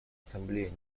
ассамблея